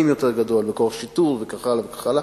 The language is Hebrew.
יותר גדול וכוח שיטור וכך הלאה וכך הלאה.